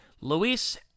Luis